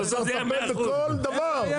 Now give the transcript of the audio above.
אתה צריך לטפל בכל דבר.